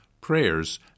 prayers